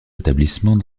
établissements